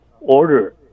order